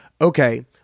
okay